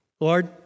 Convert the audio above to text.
Lord